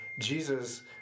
jesus